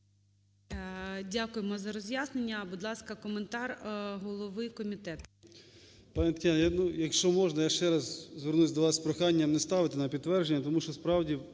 Дякую за роз'яснення. Будь ласка, коментар голови комітету.